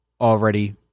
already